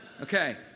Okay